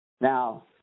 Now